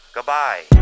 Goodbye